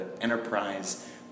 enterprise